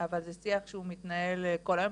אבל זה שיח שהוא מתנהל כל היום,